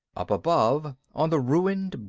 up above, on the ruined,